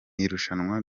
irushanwa